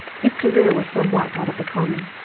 his career was somewhat out of the common.